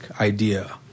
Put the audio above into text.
idea